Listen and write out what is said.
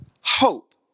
hope